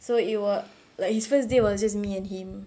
so it wa~ like his first day was just me and him